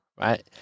right